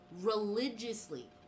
Religiously